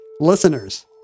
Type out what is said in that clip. Listeners